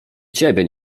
ciebie